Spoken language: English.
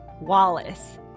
wallace